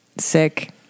sick